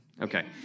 Okay